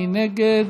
מי נגד?